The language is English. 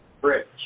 Bridge